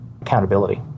accountability